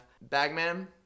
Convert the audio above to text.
Bagman